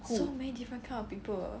so many different kind of people